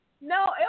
no